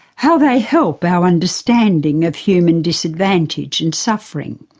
how they help our understanding ofhuman disadvantage and suffering,